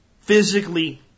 physically